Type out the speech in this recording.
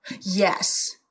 Yes